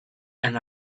and